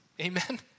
amen